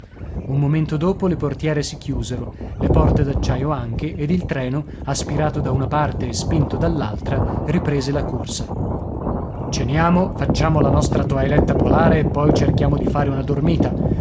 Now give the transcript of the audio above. un momento dopo le portiere si chiusero le porte d'acciaio anche ed il treno aspirato da una parte e spinto dall'altra riprese la corsa ceniamo facciamo la nostra toeletta polare e poi cerchiamo di fare una dormita